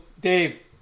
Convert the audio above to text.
Dave